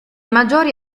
maggiori